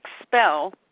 expel